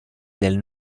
del